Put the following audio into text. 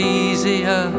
easier